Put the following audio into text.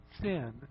sin